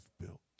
built